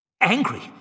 Angry